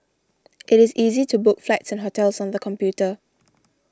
it is easy to book flights and hotels on the computer